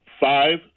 five